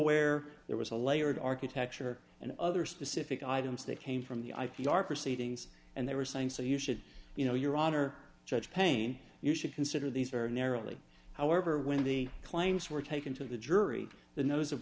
where there was a layered architecture and other specific items that came from the i think our proceedings and they were saying so you should you know your honor judge payne you should consider these are narrowly however when the claims were taken to the jury the nose of